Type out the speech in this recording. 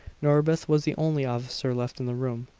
norbith was the only officer left in the room.